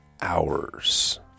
hours